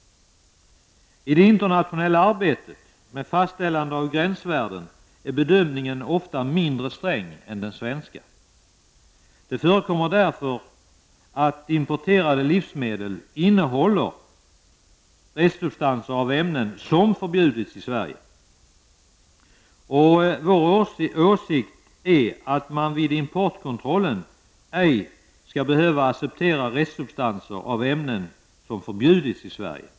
I det internationella arbetet med fastställande av gränsvärden är bedömningen ofta mindre sträng än den svenska. Det förekommer därför att importerade livsmedel innehåller restsubstanser av ämnen som förbjudits i Sverige. Vår åsikt är att man vid importkontrollen ej skall behöva acceptera restsubstanser av ämnen som förbjudits i Sverige.